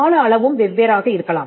கால அளவும் வெவ்வேறாக இருக்கலாம்